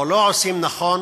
או שלא עושים נכון.